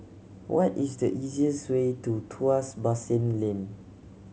what is the easiest way to Tuas Basin Lane